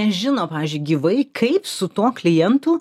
nežino pavyzdžiui gyvai kaip su tuo klientu